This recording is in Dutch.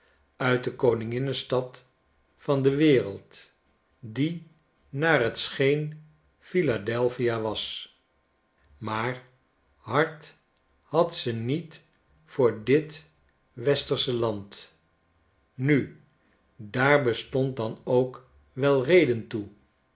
uit de koninginne stad van de wereld die naar t scheen philadelphia was maar hart had ze niet voor dit westersche land nu daar bestond dan ook wel reden toe